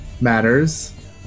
matters